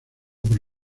por